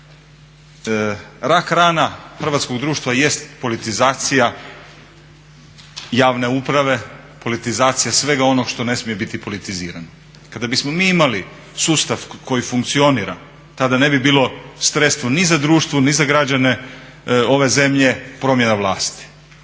mjeseci. Rak rana hrvatskog društva jest politizacija javne uprave, politizacija svega onog što ne smije biti politizirano. Kada bismo mi imali sustav koji funkcionira tada ne bi bilo stresno ni za društvo, ni za građane ove zemlje promjena vlasti.